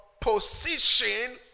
position